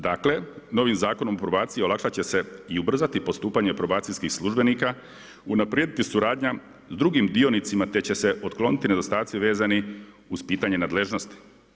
Dakle novim Zakonom o probaciji olakšat će se i ubrzati postupanje probacijskih službenika, unaprijediti suradnja drugim dionicima te će se otkloniti nedostaci vezani uz pitanje nadležnosti.